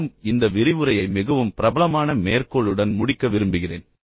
மேலும் இந்த விரிவுரையை மிகவும் பிரபலமான மேற்கோளுடன் முடிக்க விரும்புகிறேன்